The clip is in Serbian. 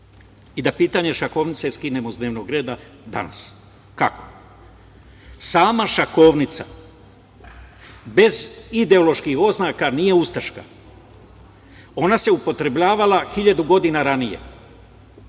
I da pitanje šahovnice skinemo sa dnevnog reda danas. Kako? Sama šahovnica bez ideoloških oznaka nije ustaška. Ona se upotrebljavala hiljadu godina ranije,